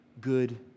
good